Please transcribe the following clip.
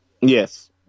Yes